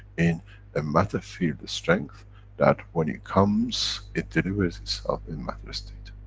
in a matter field-strength, that when it comes, it delivers itself in matter-state.